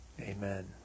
Amen